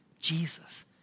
Jesus